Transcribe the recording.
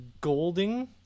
Golding